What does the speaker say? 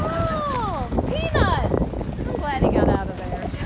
ah peanuts! i'm glad he got out of there.